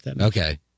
Okay